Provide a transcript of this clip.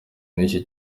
n’iki